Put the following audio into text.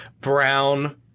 brown